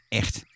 echt